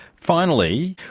finally,